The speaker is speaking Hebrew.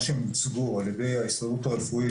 שהם הוצגו על ידי ההסתדרות הרפואית,